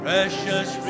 Precious